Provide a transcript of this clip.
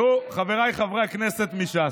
חבריי חברי הכנסת מש"ס,